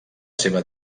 seva